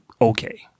okay